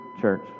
church